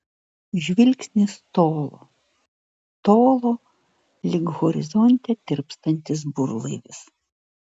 žvilgsnis tolo tolo lyg horizonte tirpstantis burlaivis